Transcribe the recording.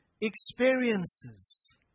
experiences